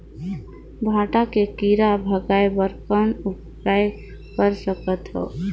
भांटा के कीरा भगाय बर कौन उपाय कर सकथव?